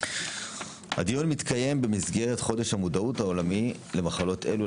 הדיון מתקיים במסגרת חודש המודעות העולמי למחלות אלו,